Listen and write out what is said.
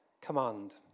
command